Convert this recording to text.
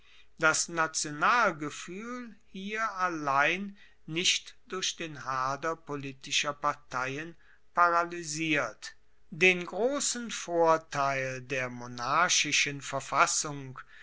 das nationalgefuehl hier allein nicht durch den hader politischer parteien paralysiert den grossen vorteil der monarchischen verfassung